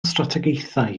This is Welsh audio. strategaethau